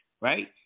Right